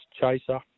chaser